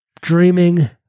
Dreaming